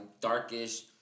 darkish